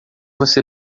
você